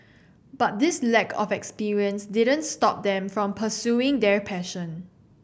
but this lack of experience didn't stop them from pursuing their passion